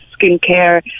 skincare